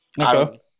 Okay